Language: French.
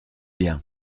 bien